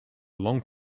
long